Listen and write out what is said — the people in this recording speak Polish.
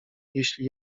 jeśli